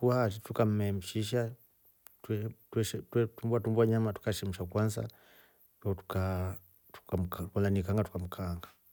Mburu aati tukame mshinsha twe- twe- twe tumbua tumbua nyama tukashemsha kwansa ndo tukaaa- tuka mka kama kamanikolya nimkaanga tuka mkaanga.